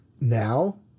now